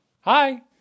Hi